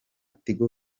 tigo